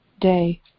day